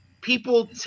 People –